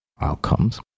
outcomes